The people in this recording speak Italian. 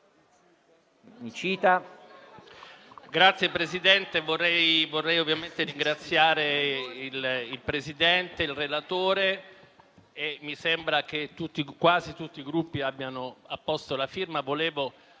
Signor Presidente, vorrei ovviamente ringraziare il Presidente e il relatore. Mi sembra che quasi tutti i Gruppi abbiano apposto la firma